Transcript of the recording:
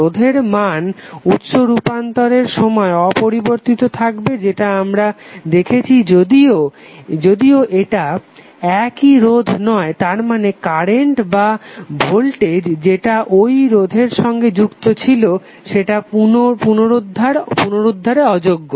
রোধের মান উৎস রুপান্তরের সময় অপরিবর্তিত থাকবে যেটা আমরা দেখেছি যদিও এটা একই রোধ নয় তার মানে কারেন্ট বা ভোল্টেজ যেটা ওই রোধের সঙ্গে যুক্ত ছিলো সেটা পুনরদ্ধারে অযোগ্য